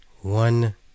One